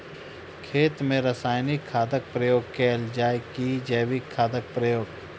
खेत मे रासायनिक खादक प्रयोग कैल जाय की जैविक खादक प्रयोग?